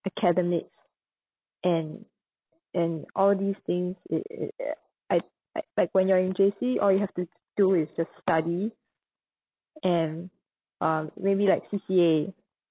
academics and and all these things it it it I like like when you're in J_C all you have to do is just study and um maybe like C_C_A